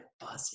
buzzing